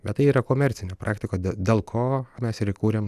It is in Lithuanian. bet tai yra komercinė praktika dė dėl ko mes ir įkūrėm